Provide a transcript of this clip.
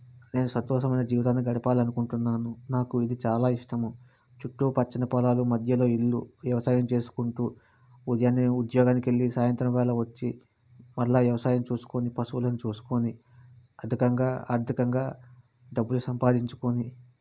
నేను సంతోషమైన జీవితాన్ని గడపాలి అనుకుంటున్నాను నాకు ఇది చాలా ఇష్టము చుట్టూ పచ్చని పొలాలు మధ్యలో ఇల్లు వ్యవసాయం చేసుకుంటూ ఉదయాన్నే ఉద్యోగానికి వెళ్ళి సాయంత్రవేల వచ్చి మరల వ్యవసాయం చూసుకోని పశువులను చూసుకోని అధికంగా ఆర్దికంగా డబ్బులు సంపాదించుకోని